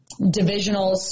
divisionals